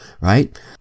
right